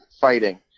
fighting